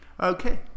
Okay